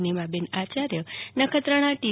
Nimaben Acharya Nakhatrana T